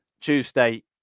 Tuesday